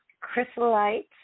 chrysolite